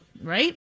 right